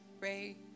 Ray